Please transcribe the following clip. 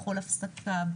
בכל הפסקה,